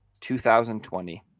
2020